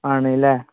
ആണല്ലേ